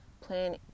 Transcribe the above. plan